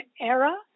era